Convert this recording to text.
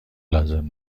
لازم